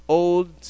old